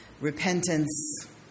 Repentance